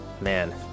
man